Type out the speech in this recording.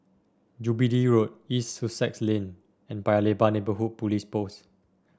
Jubilee Road East Sussex Lane and Paya Lebar Neighbourhood Police Post